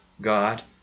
God